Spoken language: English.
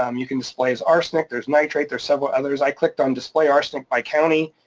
um you can display as arsenic, there's nitrate, there's several others. i clicked on display arsenic by county,